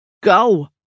Go